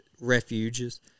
refuges